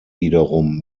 wiederum